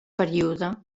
període